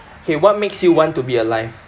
okay what makes you want to be alive